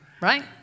right